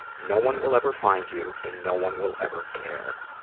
no one will ever find you, and no one will ever care.